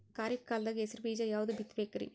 ಖರೀಪ್ ಕಾಲದಾಗ ಹೆಸರು ಬೀಜ ಯಾವದು ಬಿತ್ ಬೇಕರಿ?